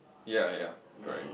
ya ya correct